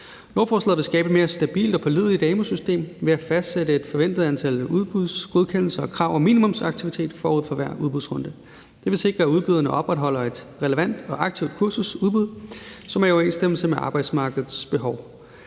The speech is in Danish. Lovforslaget vil skabe et mere stabilt og pålideligt amu-system ved at fastsætte et forventet antal udbudsgodkendelser og krav om minimumsaktivitet forud for hver udbudsrunde. Det vil sikre, at udbyderne opretholder et relevant og aktivt kursusudbud, som er i overensstemmelse med arbejdsmarkedets behov.